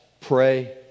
pray